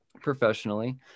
professionally